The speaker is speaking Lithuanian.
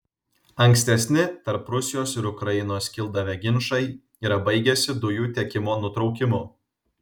ankstesni tarp rusijos ir ukrainos kildavę ginčai yra baigęsi dujų tiekimo nutraukimu